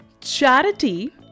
Charity